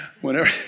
whenever